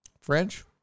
french